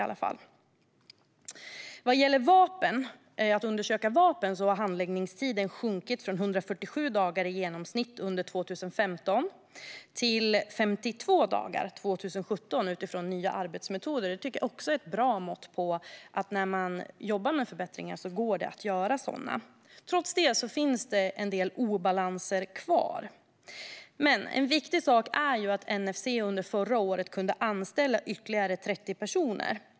När det gäller att undersöka vapen har handläggningstiden minskat från 147 dagar i genomsnitt under 2015 till 52 dagar 2017 tack vare nya arbetsmetoder. Det tycker jag också är ett bra mått på att när man jobbar med förbättringar går det att göra sådana. Trots det finns det en del obalanser kvar. Något som är viktigt är att NFC under förra året kunde anställa ytterligare 30 personer.